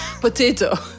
Potato